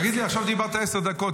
תגיד לי, עכשיו דיברת עשר דקות.